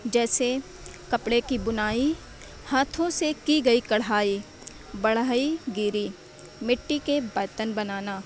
جیسے کپڑے کی بنائی ہاتھوں سے کی گئی کڑھائی بڑھئی گیری مٹی کے برتن بنانا